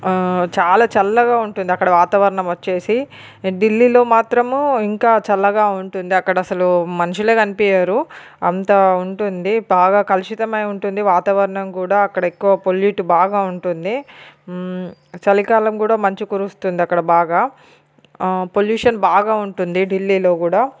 చాలా చల్లగా ఉంటుంది అక్కడ వాతావరణంవచ్చేసి ఢిల్లీలో మాత్రము ఇంకా చల్లగా ఉంటుంది అక్కడ అసలు మనుషులే కనిపించరు అంత ఉంటుంది బాగా కలుషితమై ఉంటుంది వాతావరణం కూడా అక్కడ ఎక్కువ పొల్యూట్ బాగా ఉంటుంది చలికాలంలో కూడా మంచు కురుస్తుంది అక్కడ బాగా పొల్యూషన్ బాగా ఉంటుంది ఢిల్లీలో కూడ